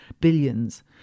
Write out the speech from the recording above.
billions